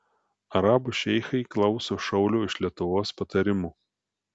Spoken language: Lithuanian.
arabų šeichai klauso šaulio iš lietuvos patarimų